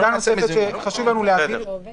אבל --- נקודה נוספת שחשוב לנו להבהיר --- הסכים,